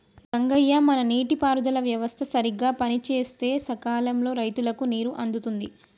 రంగయ్య మన నీటి పారుదల వ్యవస్థ సరిగ్గా పనిసేస్తే సకాలంలో రైతులకు నీరు అందుతుంది